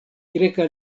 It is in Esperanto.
greka